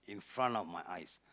in front of my eyes